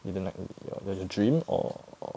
you didn't like~ a dream or err